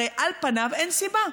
הרי על פניו אין סיבה.